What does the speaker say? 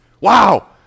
Wow